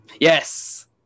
Yes